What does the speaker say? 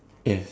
yes